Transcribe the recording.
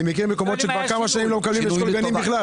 אני מכיר מקומות שכבר כמה שנים לא מקבלים אשכול גנים בכלל.